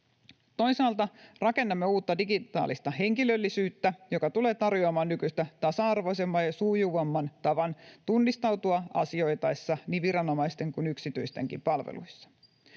Toisaalta rakennamme uutta, digitaalista henkilöllisyyttä, joka tulee tarjoamaan nykyistä tasa-arvoisemman ja sujuvamman tavan tunnistautua asioitaessa niin viranomaisten kuin yksityistenkin palveluissa.